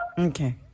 Okay